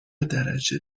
درجه